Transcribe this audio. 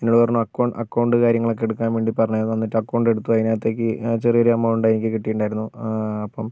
എന്നോട് പറഞ്ഞു account account കാര്യങ്ങളൊക്കെ എടുക്കാൻ വേണ്ടി പറഞ്ഞിരുന്നു എന്നിട്ട് അക്കൗണ്ട് എടുത്തു അതിനകത്തേക്ക് ചെറിയൊരു എമൗണ്ട് എനിക്ക് കിട്ടിയിട്ടുണ്ടായിരുന്നു അപ്പം